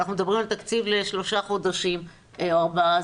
אנחנו מדברים על תקציב לשלושה חודשים או ארבעה,